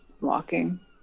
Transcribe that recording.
walking